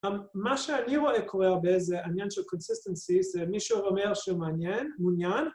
‫מה שאני רואה קורה הרבה ‫זה עניין של קונסיסטנציה, ‫זה מישהו אומר שהוא מעניין, מעוניין?